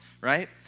right